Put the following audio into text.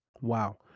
Wow